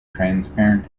transparent